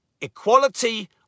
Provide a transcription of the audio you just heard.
equality